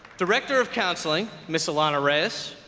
director of counseling miss alana reyes,